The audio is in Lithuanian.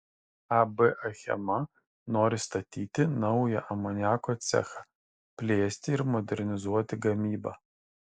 ab achema nori statyti naują amoniako cechą plėsti ir modernizuoti gamybą